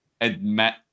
admit